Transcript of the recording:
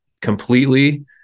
completely